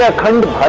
ah kingdom